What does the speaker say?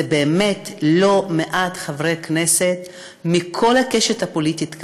זה באמת לא מעט חברי כנסת מכל הקשת הפוליטית כאן,